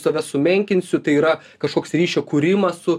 save sumenkinsiu tai yra kažkoks ryšio kūrimas su